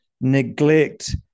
neglect